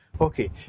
Okay